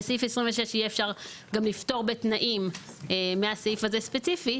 בסעיף 26 יהיה אפשר גם לפטור בתנאים מהסעיף הזה ספציפית.